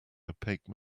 opaque